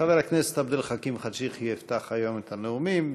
חבר הכנסת עבד אל חכים חאג' יחיא יפתח היום את הנאומים.